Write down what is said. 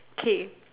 okay